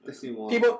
People